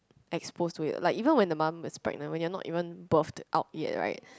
exposed to it like even when the mum is pregnant when you're not even birth out yet right